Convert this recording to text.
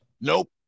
nope